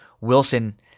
Wilson